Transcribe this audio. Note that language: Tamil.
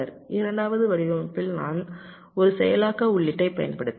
இரண்டாவது வடிவமைப்பில் நான் ஒரு செயலாக்க உள்ளீட்டைப் பயன்படுத்தினேன்